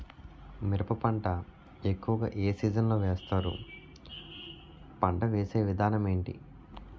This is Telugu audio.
మిరప పంట ఎక్కువుగా ఏ సీజన్ లో వేస్తారు? పంట వేసే విధానం ఎంటి?